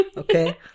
Okay